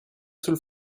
sul